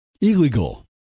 illegal